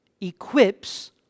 equips